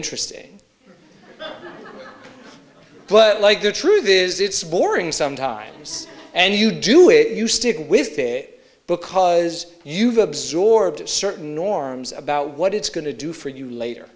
interesting but like the truth is it's boring sometimes and you do it if you stick with it because you've absorbed certain norms about what it's going to do for you later